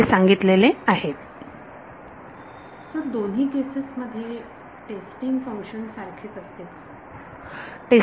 विद्यार्थी सर दोन्ही केसेस मध्ये टेस्टिंग फंक्शन सारखेच असते का